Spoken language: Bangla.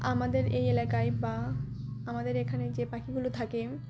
আমাদের এই এলাকায় বা আমাদের এখানে যে পাখিগুলো থাকে